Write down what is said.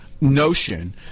notion